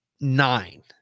nine